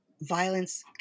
violence